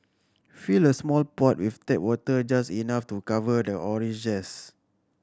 fill a small pot with tap water just enough to cover the orange zest